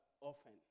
often